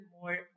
more